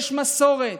יש מסורת.